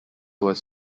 was